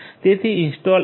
તેથી ઇન્સ્ટોલ